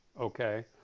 okay